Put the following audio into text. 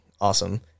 awesome